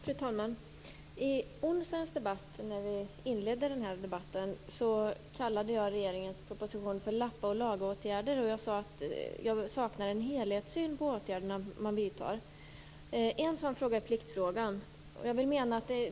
Fru talman! I onsdags, när vi inledde den här debatten, kallade jag regeringens proposition för lappaoch-laga-åtgärder, och jag sade att jag saknade en helhetssyn på de åtgärder som vidtas. En sådan sak är pliktfrågan.